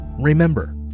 remember